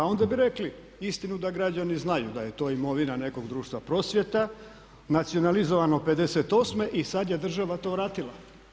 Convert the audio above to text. Onda bi rekli istinu da građani znaju da je to imovina nekog društva „Prosvjeta“, nacionalizirano '58. i sad je država to vratila.